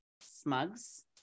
Smugs